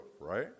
right